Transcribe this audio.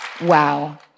Wow